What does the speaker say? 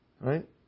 Right